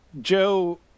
Joe